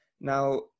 now